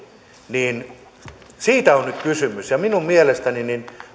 siitä on nyt kysymys ja minun mielestäni